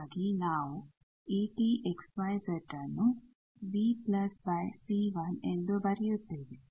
ಹಾಗಾಗಿ ನಾವು Et x y z ನ್ನು ಎಂದು ಬರೆಯುತ್ತೇವೆ